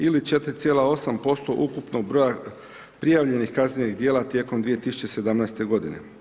Ili 4,8% ukupnog broja prijavljenih kaznenih djela tijekom 2017. godine.